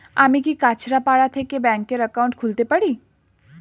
আমি কি কাছরাপাড়া থেকে ব্যাংকের একাউন্ট খুলতে পারি?